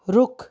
ਰੁੱਖ